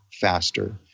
faster